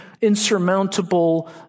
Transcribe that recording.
insurmountable